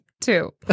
two